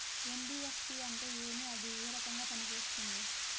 NBFC అంటే ఏమి అది ఏ రకంగా పనిసేస్తుంది